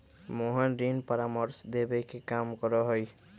मोहन ऋण परामर्श देवे के काम करा हई